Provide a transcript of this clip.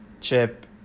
Chip